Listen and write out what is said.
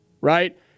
right